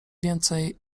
więcej